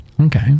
Okay